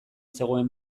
zegoen